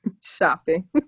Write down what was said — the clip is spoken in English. Shopping